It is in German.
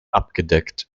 abgedeckt